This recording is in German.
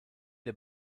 der